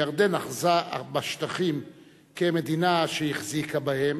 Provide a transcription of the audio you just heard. ירדן אחזה בשטחים כמדינה שהחזיקה בהם,